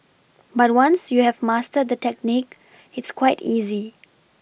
but once you have mastered the technique it's quite easy